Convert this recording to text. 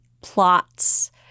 plots